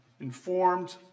informed